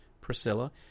Priscilla